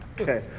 Okay